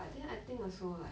but then I think also like